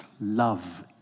love